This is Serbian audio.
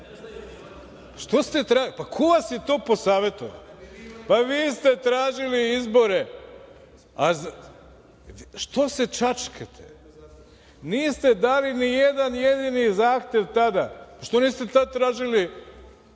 Što ste, bre, tražili izbore? Pa, ko vas je to posavetovao? Pa, vi ste tražili izbore. Što se čačkate? Niste dali ni jedan jedini zahtev tada. Što niste tad tražili okrugli